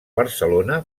barcelona